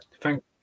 thank